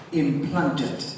implanted